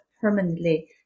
permanently